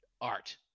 art